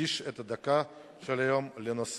אקדיש את הדקה של היום לנושא,